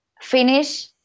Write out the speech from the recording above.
finish